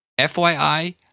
FYI